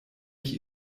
ich